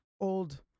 Old